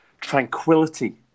tranquility